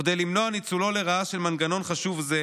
וכדי למנוע ניצולו לרעה של מנגנון חשוב זה,